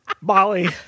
Molly